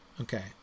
Okay